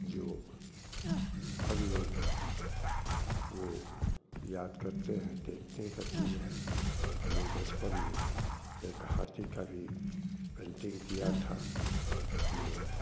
जो हर लोग वह याद करते हैं देखने की चीज़ है हम लोग बचपन में एक हाथी की भी पेंटिंग किए थे जो